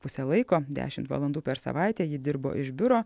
pusę laiko dešimt valandų per savaitę ji dirbo iš biuro